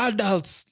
Adults